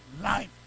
life